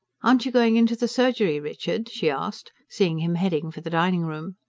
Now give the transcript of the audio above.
aren't you going into the surgery, richard? she asked, seeing him heading for the dining-room.